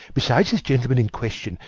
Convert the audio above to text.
besides this gentleman in question,